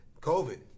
COVID